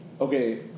okay